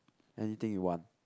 anything you want